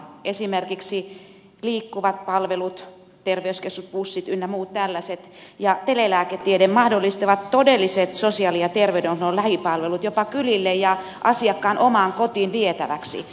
esimerkiksi liikkuvat palvelut terveyskeskusbussit ynnä muut tällaiset ja telelääketiede mahdollistavat todelliset sosiaali ja terveydenhuollon lähipalvelut jopa kylille ja asiakkaan omaan kotiin vietäväksi